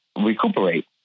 recuperate